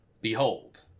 Behold